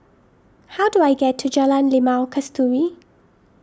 how do I get to Jalan Limau Kasturi